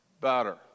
Better